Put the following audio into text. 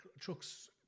trucks